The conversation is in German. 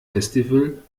festival